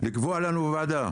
לקבוע לנו בוועדה